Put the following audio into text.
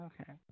okay